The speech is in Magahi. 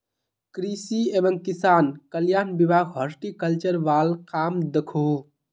कृषि एवं किसान कल्याण विभाग हॉर्टिकल्चर वाल काम दखोह